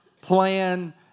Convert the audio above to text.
plan